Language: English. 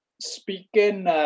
Speaking